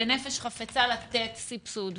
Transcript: בנפש חפצה לתת סבסוד,